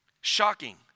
Shocking